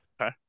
okay